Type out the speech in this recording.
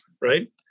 right